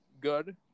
good